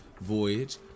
voyage